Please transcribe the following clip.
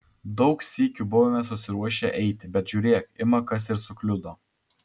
daug sykių buvome susiruošę eiti bet žiūrėk ima kas ir sukliudo